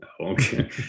okay